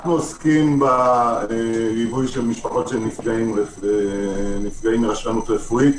אנחנו עוסקים בליווי של משפחות של נפגעים מרשלנות רפואית